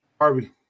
Harvey